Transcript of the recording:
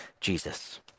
Jesus